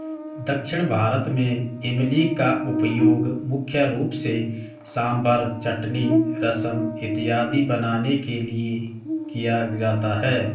दक्षिण भारत में इमली का उपयोग मुख्य रूप से सांभर चटनी रसम इत्यादि बनाने के लिए किया जाता है